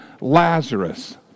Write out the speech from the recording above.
Lazarus